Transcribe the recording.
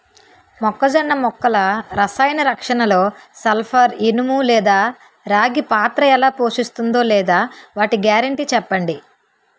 మొక్కజొన్న మొక్కల రసాయన రక్షణలో సల్పర్, ఇనుము లేదా రాగి పాత్ర ఎలా పోషిస్తుందో లేదా వాటి గ్యారంటీ చెప్పండి